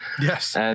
Yes